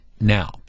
now